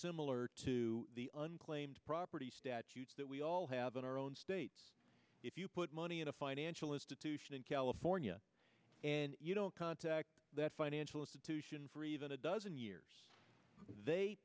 similar to the unclaimed property statutes that we all have in our own states if you put money in a financial institution in california and you don't contact that financial institution for even a dozen years they